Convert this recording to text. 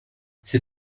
ces